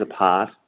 apart